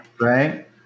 Right